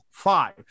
five